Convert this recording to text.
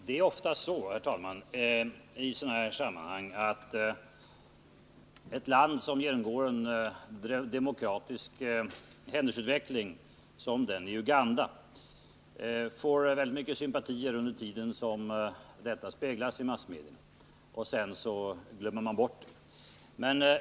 Herr talman! Det är ofta så att ett land som genomgår en demokratisk utveckling, som den i Uganda, får mycket sympatier under tiden som detta speglas i massmedia, men sedan glömmer man bort det.